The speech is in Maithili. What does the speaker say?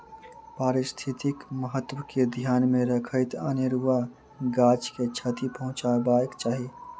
पारिस्थितिक महत्व के ध्यान मे रखैत अनेरुआ गाछ के क्षति पहुँचयबाक चाही